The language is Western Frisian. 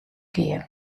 gean